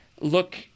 look